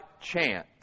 chance